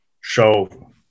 show